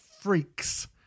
Freaks